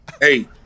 hey